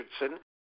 Richardson